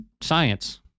science